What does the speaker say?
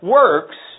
works